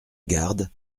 garde